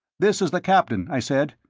this is the captain, i said.